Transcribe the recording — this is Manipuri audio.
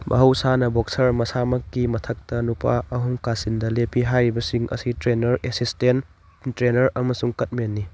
ꯃꯍꯧꯁꯥꯅ ꯕꯣꯛꯁꯔ ꯃꯁꯥꯃꯛꯀꯤ ꯃꯊꯛꯇ ꯅꯨꯄꯥ ꯑꯍꯨꯝ ꯀꯥꯆꯤꯟꯗ ꯂꯦꯞꯄꯤ ꯍꯥꯏꯔꯤꯕꯁꯤꯡ ꯑꯁꯤ ꯇ꯭ꯔꯦꯅꯔ ꯑꯦꯁꯤꯁꯇꯦꯟ ꯇ꯭ꯔꯦꯅꯔ ꯑꯃꯁꯨꯡ ꯀꯠ ꯃꯦꯟꯅꯤ